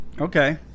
okay